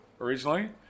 originally